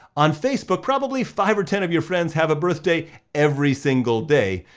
on facebook probably five or ten of your friends have a birthday every single day.